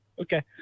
Okay